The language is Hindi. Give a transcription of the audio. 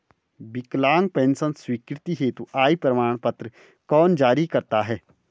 विकलांग पेंशन स्वीकृति हेतु आय प्रमाण पत्र कौन जारी करता है?